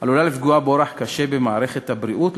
עלולות לפגוע באורח קשה במערכת הבריאות,